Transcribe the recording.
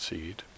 Seed